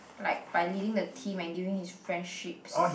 like by leading the team and giving his friendships